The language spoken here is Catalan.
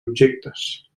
objectes